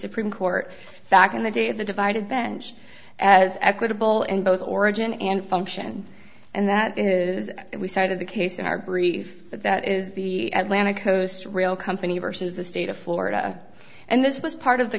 supreme court back in the day of the divided bench as equitable in both origin and function and that is we cited the case in our brief that is the atlanta coast rail company versus the state of florida and this was part of the